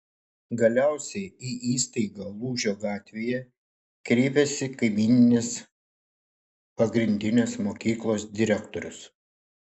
galiausiai į įstaigą lūžio gatvėje kreipiasi kaimyninės pagrindinės mokyklos direktorius